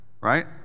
right